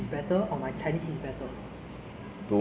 for my first impression of you I think